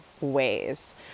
ways